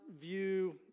view